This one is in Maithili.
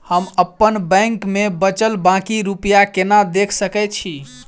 हम अप्पन बैंक मे बचल बाकी रुपया केना देख सकय छी?